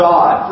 God